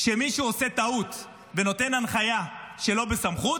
כשמישהו עושה טעות ונותן הנחיה שלא בסמכות,